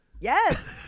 Yes